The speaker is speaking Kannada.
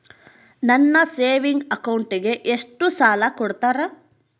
ನನ್ನ ಸೇವಿಂಗ್ ಅಕೌಂಟಿಗೆ ಎಷ್ಟು ಸಾಲ ಕೊಡ್ತಾರ?